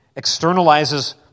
externalizes